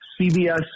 CBS